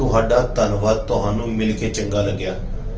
ਤੁਹਾਡਾ ਧੰਨਵਾਦ ਤੁਹਾਨੂੰ ਮਿਲ ਕੇ ਚੰਗਾ ਲੱਗਿਆ